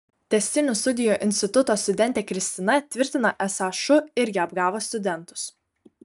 tęstinių studijų instituto studentė kristina tvirtino esą šu irgi apgavo studentus